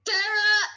Tara